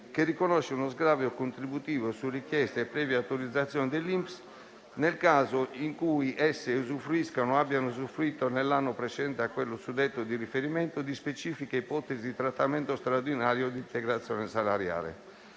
che riconosce uno sgravio contributivo, su richiesta e previa autorizzazione dell'INPS, nel caso in cui esse usufruiscano o abbiano usufruito, nell'anno precedente a quello suddetto di riferimento, di specifiche ipotesi di trattamento straordinario di integrazione salariale.